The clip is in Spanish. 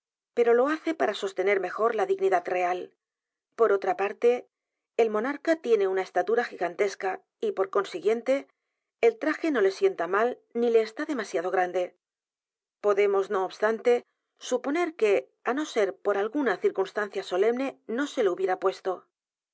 pero lo hace para sostener mejor la dignidad real p o r otra parte el monarca tiene una estatura gigantesca y por consiguiente el traje no le sienta mal ni le está demasiado g r a n d e p o d e m o s no obstante suponer que á no ser por alguna circunstancia solemne no se lo hubiera puesto